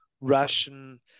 Russian